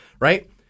right